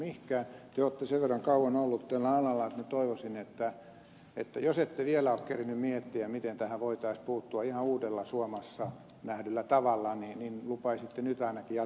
te olette sen verran kauan ollut tällä alalla että minä toivoisin että jos ette vielä ole kerinnyt miettiä miten tähän voitaisiin puuttua ihan uudella suomessa ennennäkemättömällä tavalla niin lupaisitte ainakin jatkossa viedä sitä asiaa eteenpäin